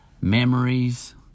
memories